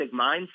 mindset